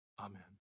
Amen